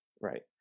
Right